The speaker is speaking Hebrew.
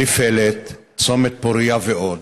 אליפלט, צומת פורייה ועוד,